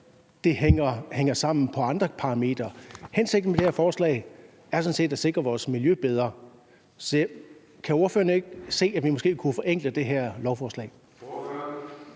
der ejer flere gårde. Hensigten med det her forslag er sådan set at sikre vores miljø bedre. Kan ordføreren ikke se, at det måske kunne forenkle det her lovforslag?